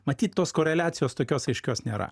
matyt tos koreliacijos tokios aiškios nėra